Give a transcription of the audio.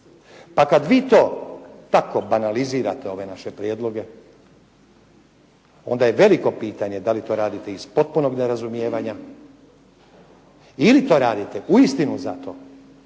Pa kad vi to tako banalizirate ove naše prijedloge onda je veliko pitanje da li to radite iz potpunog nerazumijevanja ili to radite uistinu zato